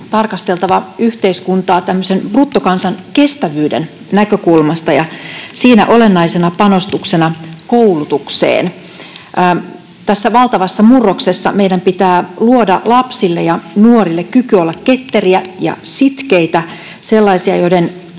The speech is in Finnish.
tarkasteltaisiin yhteiskuntaa tämmöisen bruttokansankestävyyden näkökulmasta ja siinä koulutusta olennaisena panostuksena. Tässä valtavassa murroksessa meidän pitää luoda lapsille ja nuorille kyky olla ketteriä ja sitkeitä, sellaisia, joiden